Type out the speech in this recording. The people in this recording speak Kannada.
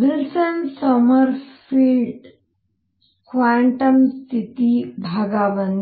ವಿಲ್ಸನ್ ಸೊಮರ್ಫೆಲ್ಡ್ ಕ್ವಾಂಟಮ್ ಸ್ಥಿತಿ I